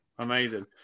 Amazing